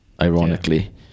ironically